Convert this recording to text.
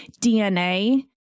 DNA